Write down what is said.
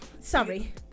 sorry